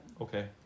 Okay